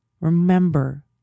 Remember